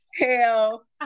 hell